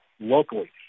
locally